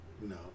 No